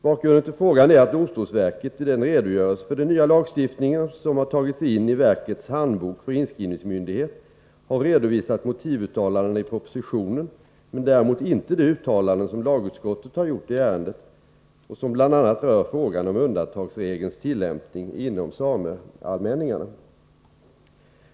Bakgrunden till frågan är att domstolsverket i den redogörelse för den nya lagstiftningen som har tagits in i verkets Handbok för inskrivningsmyndighet har redovisat motivuttalanden i propositionen men däremot inte de uttalanden som lagutskottet har gjort i ärendet och som bl.a. rör frågan om undantagsregelns tillämpning inom sameallmänningarna.